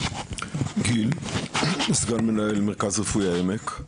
גיל, זגן מנהל מרכז רפואי העמק,